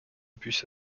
bus